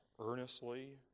earnestly